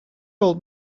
old